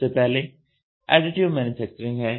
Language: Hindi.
सबसे पहले एडिटिव मैन्युफैक्चरिंग है